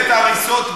יש קרינה רדיואקטיבית.